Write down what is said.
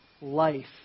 life